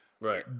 Right